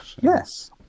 Yes